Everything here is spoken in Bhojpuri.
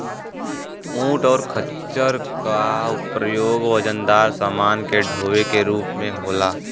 ऊंट और खच्चर का प्रयोग वजनदार समान के डोवे के रूप में होला